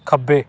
ਖੱਬੇ